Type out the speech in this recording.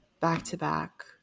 back-to-back